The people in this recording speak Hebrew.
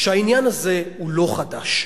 שהעניין הזה הוא לא חדש,